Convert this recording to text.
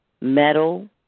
metal